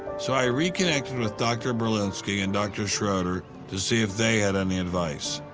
so i reconnected with dr. berlinski and dr. schroeder to see if they had any advice.